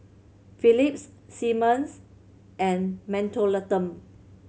Phillips Simmons and Mentholatum